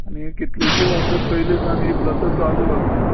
आनी कितलींशे वर्सां पयली सान ही प्रथा चालू आसा